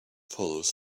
follows